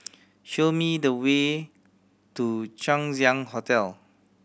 show me the way to Chang Ziang Hotel